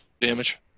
damage